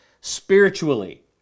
spiritually